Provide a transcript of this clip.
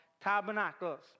tabernacles